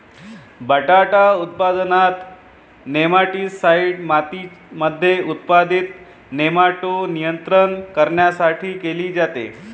बटाटा उत्पादनात, नेमाटीसाईड मातीमध्ये उत्पादित नेमाटोड नियंत्रित करण्यासाठी केले जाते